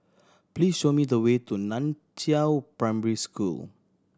please show me the way to Nan Chiau Primary School